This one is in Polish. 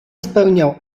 spełniał